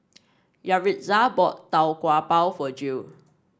Yaritza bought Tau Kwa Pau for Jill